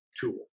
tool